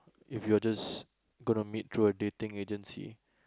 if you're just gonna meet through a dating agency